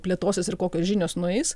plėtosis ir kokios žinios nueis